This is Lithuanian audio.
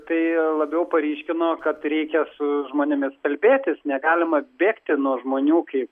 tai labiau paryškino kad reikia su žmonėmis kalbėtis negalima bėgti nuo žmonių kaip